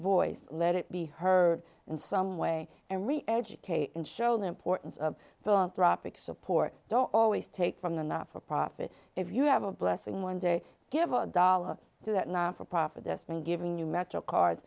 voice let it be heard in some way and reeducate and show the importance of philanthropic support don't always take from the not for profit if you have a blessing one day give a dollar do that not for profit this mean giving you metro card